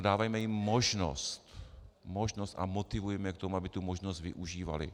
Dávejme jim možnost možnost a motivujme je k tomu, aby tu možnost využívali.